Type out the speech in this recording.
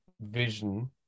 vision